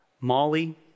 Molly